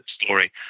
story